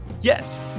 Yes